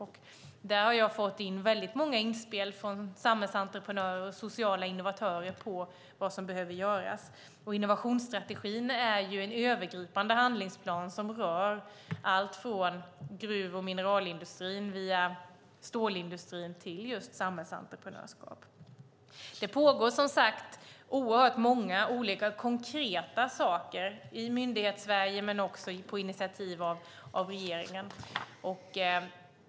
Där har jag fått många inspel från samhällsentreprenörer och sociala innovatörer om vad som behöver göras. Innovationsstrategin är en övergripande handlingsplan som rör allt från gruv och mineralindustrin via stålindustrin till just samhällsentreprenörskap. Det pågår som sagt många olika konkreta saker i Myndighetssverige men också på initiativ av regeringen.